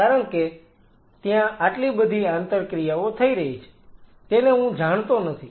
કારણ કે ત્યાં આટલી બધી આંતરક્રિયાઓ થઈ રહી છે તેને હું જાણતો નથી